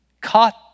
caught